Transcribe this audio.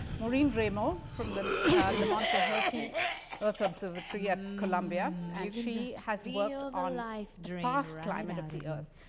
maureen raymo from the lamont-doherty earth observatory at columbia. and she has worked on the past climate of the earth.